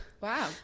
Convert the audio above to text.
Wow